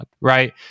right